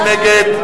מי נגד?